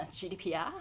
GDPR